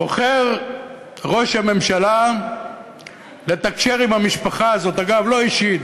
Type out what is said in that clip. בוחר ראש הממשלה לתקשר עם המשפחה, אגב, לא אישית.